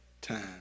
time